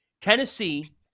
Tennessee